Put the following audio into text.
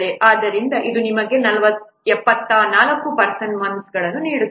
ಆದ್ದರಿಂದ ಇದು ನಿಮಗೆ 76 ಪರ್ಸನ್ ಮೊಂತ್ಸ್ಗಳನ್ನು ನೀಡುತ್ತದೆ